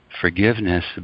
Forgiveness